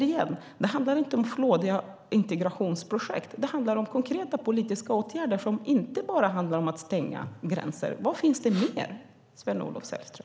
Det handlar inte om några flådiga integrationsprojekt. Det handlar om konkreta politiska åtgärder som inte bara innebär att stänga gränser. Vad finns det mer, Sven-Olof Sällström?